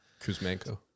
Kuzmenko